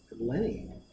Lenny